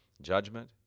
judgment